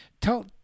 tell